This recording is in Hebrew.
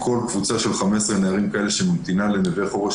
כל הקבוצה של 15 הנערים שממתינה ל"נווה חורש",